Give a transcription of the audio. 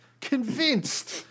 Convinced